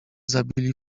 zabili